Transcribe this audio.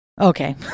Okay